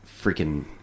freaking